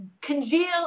congeal